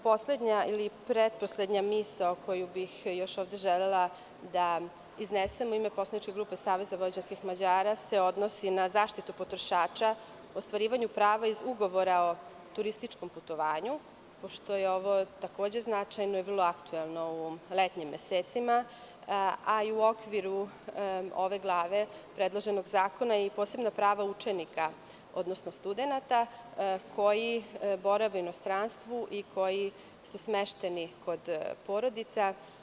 Poslednja ili pretposlednja misao koju bih još ovde želela da iznesem u ime poslaničke grupe SVM se odnosi na zaštitu potrošača, o ostvarivanju prava iz ugovora o turističkom putovanja, pošto je ovo takođe značajno i vrlo aktuelno u letnjim mesecima, a i u okviru ove glave predloženog zakona i posebna prava učenika, odnosno studenata koji borave u inostranstvu i koji su smešteni kod porodica.